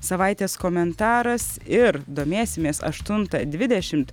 savaitės komentaras ir domėsimės aštuntą dvidešimt